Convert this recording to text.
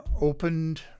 opened